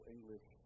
English